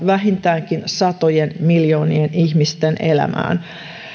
vähintäänkin satojen miljoonien ihmisten elämään